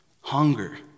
Hunger